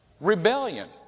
rebellion